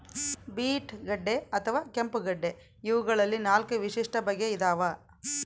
beet ಗಡ್ಡೆ ಅಥವಾ ಕೆಂಪುಗಡ್ಡೆ ಇವಗಳಲ್ಲಿ ನಾಲ್ಕು ವಿಶಿಷ್ಟ ಬಗೆ ಇದಾವ